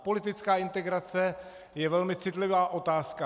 Politická integrace je velmi citlivá otázka.